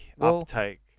uptake